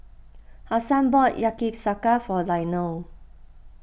Hasan bought Yakizakana for Leonel